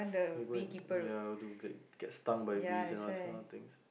you go and ya do get get stung by bees and all these kind of things